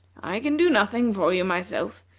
i can do nothing for you myself,